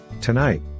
Tonight